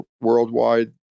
worldwide